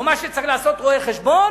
או מה שצריך לעשות רואה-חשבון,